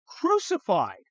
crucified